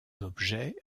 objet